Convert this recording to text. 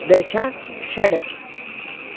दश षड्